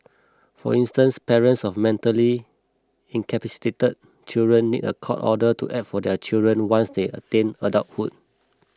for instance parents of mentally incapacitated children need a court order to act for their children once they attain adulthood